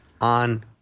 on